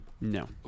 No